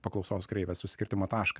paklausos kreivės susikirtimo tašką